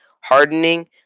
hardening